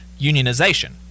unionization